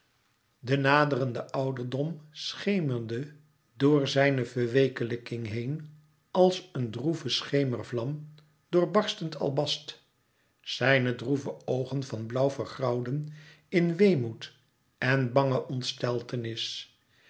de naderende ouderdom schemerde door zijne verweekelijking heen als een droeve schemervlam door barstend albast zijne droeve oogen van blauw vergrauwden in weemoed en bange